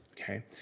okay